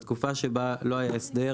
בתקופה שבה לא היה הסדר,